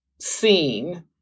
seen